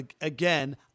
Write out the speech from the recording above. again